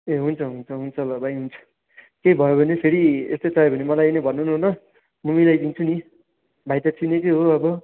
ए हुन्छ हुन्छ हुन्छ ल भाइ हुन्छ केही भयो भने फेरि यस्तै चाहियो भने मलाई नै भन्नु न ल म मिलाइदिन्छु नि भाइ त चाहिँ चिनेकै हो अब